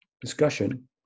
discussion